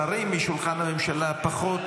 שרים משולחן הממשלה פחות